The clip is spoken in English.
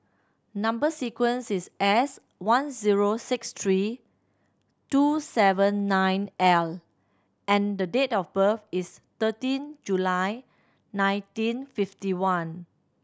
number sequence is S one zero six three two seven nine L and the date of birth is thirteen July nineteen fifty one